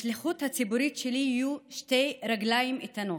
לשליחות הציבורית שלי יהיו שתי רגליים איתנות: